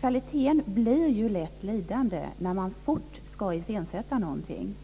Kvaliteten blir ju lätt lidande när man fort ska iscensätta någonting.